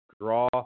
draw